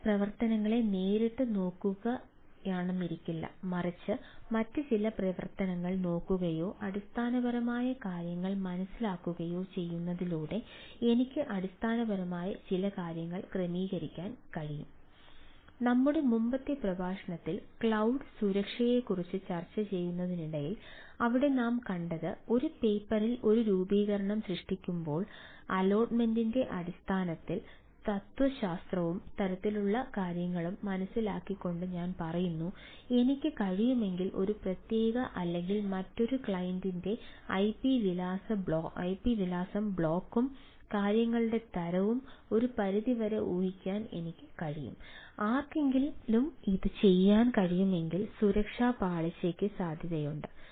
ഇത് പ്രവർത്തനങ്ങളെ നേരിട്ട് നോക്കുന്നതായിരിക്കില്ല മറിച്ച് മറ്റ് ചില പ്രവർത്തനങ്ങൾ നോക്കുകയോ അടിസ്ഥാനപരമായ കാര്യങ്ങൾ മനസിലാക്കുകയോ ചെയ്യുന്നതിലൂടെ എനിക്ക് അടിസ്ഥാനപരമായി ചില കാര്യങ്ങൾ ക്രമീകരിക്കാൻ കഴിയും നമ്മുടെ മുമ്പത്തെ പ്രഭാഷണത്തിൽ ക്ലൌഡ് സുരക്ഷയെക്കുറിച്ച് ചർച്ച ചെയ്യുന്നതിനിടയിൽ അവിടെ നാം കണ്ടത് ഒരു പേപ്പറിൽ ഒരു രൂപീകരണം സൃഷ്ടിക്കുമ്പോൾ അലോട്ട്മെന്റിന്റെ അടിസ്ഥാന തത്വശാസ്ത്രവും തരത്തിലുള്ള കാര്യങ്ങളും മനസിലാക്കിക്കൊണ്ട് ഞാൻ പറയുന്നു എനിക്ക് കഴിയുമെങ്കിൽ ഒരു പ്രത്യേക അല്ലെങ്കിൽ മറ്റൊരു ക്ലയന്റിലെ ഐപി വിലാസ ബ്ലോക്കും കാര്യങ്ങളുടെ തരവും ഒരു പരിധിവരെ ഊഹിക്കാൻ എനിക്ക് കഴിയും ആർക്കെങ്കിലും അത് ചെയ്യാൻ കഴിയുമെങ്കിൽ സുരക്ഷാ പാളിച്ചക്ക് സാധ്യതയുണ്ട്